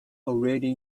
already